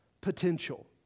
potential